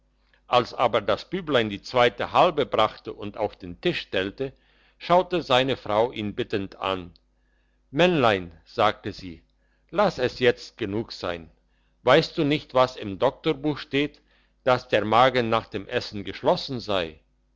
als aber das büblein die zweite halbe brachte und auf den tisch stellte schaute seine frau ihn bittend an männlein sagte sie lass es jetzt genug sein weisst du nicht was im doktorbuch steht dass der magen nach dem essen geschlossen sei